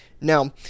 Now